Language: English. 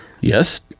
Yes